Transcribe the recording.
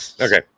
Okay